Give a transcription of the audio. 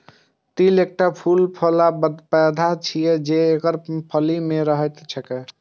तिल एकटा फूल बला पौधा छियै, जे एकर फली मे रहैत छैक